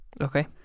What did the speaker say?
Okay